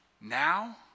now